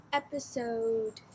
episode